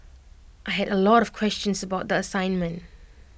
I had A lot of questions about the assignment